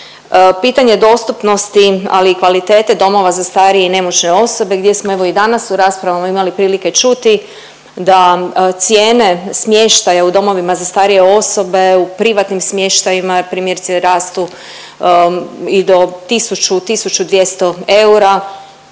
pitanje dostupnosti, ali i kvalitete domova za starije i nemoćne osobe gdje smo evo i danas u raspravama imali prilike čuti da cijene smještaja u domovima za starije osobe, u privatnim smještajima primjerice rastu i do tisuću,